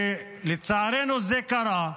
ולצערנו זה קרה: